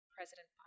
President